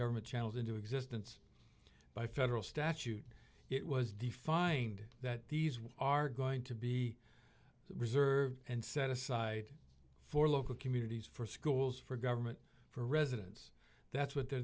government channeled into existence by federal statute it was defined that these are going to be reserved and set aside for local communities for schools for government for residence that's what they're